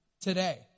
today